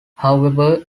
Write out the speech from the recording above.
however